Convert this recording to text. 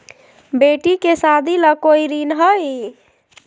बेटी के सादी ला कोई ऋण हई?